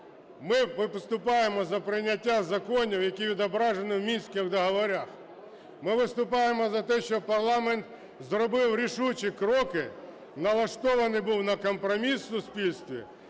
Ми виступаємо за прийняття законів, які відображені в Мінських домовленостях. Ми виступаємо за те, щоб парламент зробив рішучі кроки, налаштований був на компроміс в суспільстві